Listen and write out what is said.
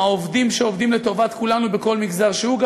העובדים שעובדים לטובת כולנו בכל מגזר שהוא.